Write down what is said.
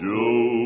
Joe